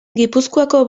gipuzkoako